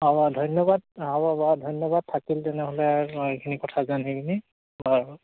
অঁ বাৰু ধন্যবাদ হ'ব বাৰু ধন্যবাদ থাকিল তেনেহ'লে এইখিনি কথা যানি পিনি বাৰু